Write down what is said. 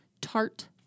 tart